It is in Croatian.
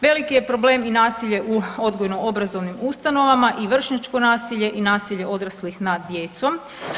Veliki je problem i nasilje u odgojnoobrazovnim ustanovama, i vršnjačko nasilje i nasilje odraslih nad djecom.